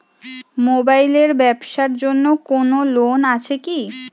Mobile এর ব্যাবসার জন্য কোন লোন আছে কি?